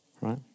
Right